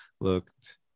looked